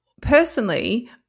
personally